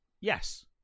yes